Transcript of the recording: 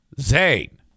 Zane